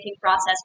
process